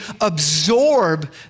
absorb